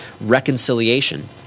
reconciliation